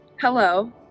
hello